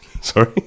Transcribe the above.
Sorry